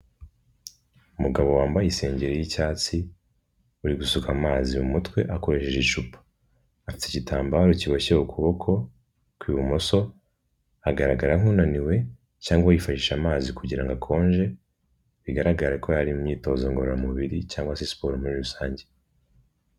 Umugabo wambaye isengeri y'icyatsi uri gusuka amazi mu mutwe akoresheje icupa, afite igitambaro kiboshye ukuboko kw'ibumoso agaragara nk'unaniwe cyangwa yifashisha amazi kugirango akonje, bigaragara ko hari imyitozo ngororamubiri cyangwa siporo muri rusange.